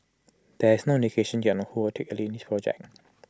there is no indication yet on who take the lead in this project